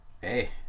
Hey